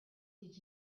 did